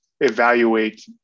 evaluate